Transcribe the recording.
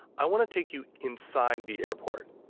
i want to take you inside the airport.